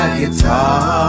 guitar